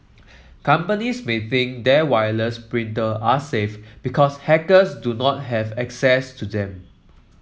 companies may think their wireless printer are safe because hackers do not have access to them